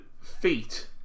feet